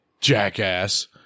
Jackass